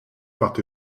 part